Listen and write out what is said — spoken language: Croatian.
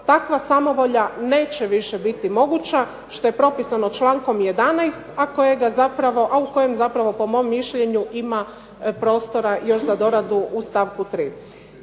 takva samovolja neće više biti moguća što je propisano člankom 11., a u kojem zapravo po mom mišljenju ima prostora još za doradu u stavku 3.